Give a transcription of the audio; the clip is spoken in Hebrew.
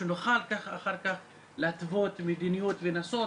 שנוכל ככה אחר כך להתוות מדיניות לנסות